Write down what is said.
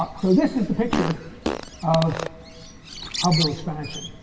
but so this is the picture of hubble expansion.